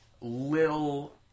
Little